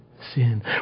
sin